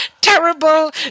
terrible